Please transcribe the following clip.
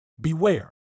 beware